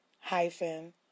hyphen